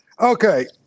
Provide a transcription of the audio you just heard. Okay